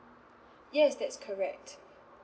yes that's correct